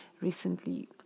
recently